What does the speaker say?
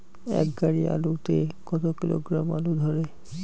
এক গাড়ি আলু তে কত কিলোগ্রাম আলু ধরে?